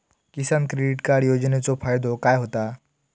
किसान credit card योजनेचो फायदो काय होता?